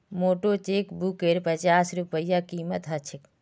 मोटे चेकबुकेर पच्चास रूपए कीमत ह छेक